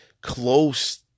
close